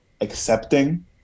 accepting